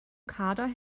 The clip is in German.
kader